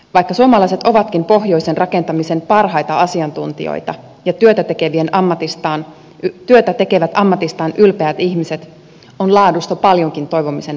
vaikka suomalaiset ovatkin pohjoisen rakentamisen parhaita asiantuntijoita ja työtä tekevät ammatistaan ylpeät ihmiset on laadussa paljonkin toivomisen varaa